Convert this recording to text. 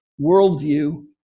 worldview